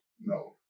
no